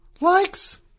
likes